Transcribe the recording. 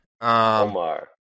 Omar